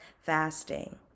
fasting